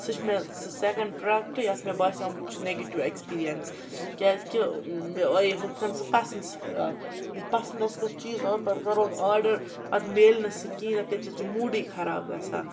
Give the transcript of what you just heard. سُہ چھِ مےٚ سُہ سٮ۪کٮ۪نٛڈ پرٛوٚڈَکٹ یَتھ مےٚ باسیومُت چھِ نَگیٹِو اٮ۪کٕسپیٖریَنٕس کیٛازِکہِ مےٚ آیے ہُتھ کٔنۍ سُہ پَسَنٛد سُہ فِراک ییٚلہِ پَسَنٛد آسہِ کانٛہہ چیٖز آمُت پَتہٕ کَرون آرڈَر پَتہٕ مِلہِ نہٕ سُہ کِہیٖنۍ نہ تَمہِ سۭتۍ چھِ موٗڈٕے خراب گژھان